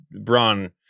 Braun